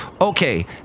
Okay